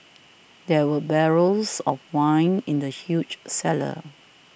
there were barrels of wine in the huge cellar